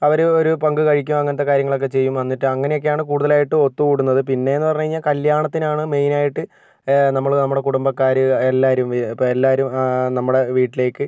അവര് ഒരു പങ്ക് കഴിക്കും അങ്ങനത്തെ കാര്യങ്ങളൊക്കെ ചെയ്യും വന്നിട്ട് അങ്ങനെയൊക്കെയാണ് കൂടുതലായിട്ടും ഒത്തുകൂടുന്നത് പിന്നെ എന്ന് പറഞ്ഞു കഴിഞ്ഞാല് കല്യാണത്തിനാണ് മെയിനായിട്ട് നമ്മള് നമ്മുടെ കുടുംബക്കാര് എല്ലാവരും ഇപ്പം എല്ലാവരും നമ്മുടെ വീട്ടിലേക്ക്